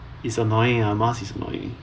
is annoying ah mask is annoying